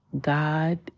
God